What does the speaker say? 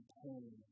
pain